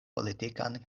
politikan